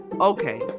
okay